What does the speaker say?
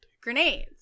grenades